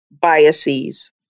biases